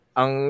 ang